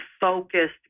focused